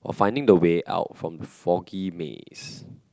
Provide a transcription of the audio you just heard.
while finding the way out from foggy maze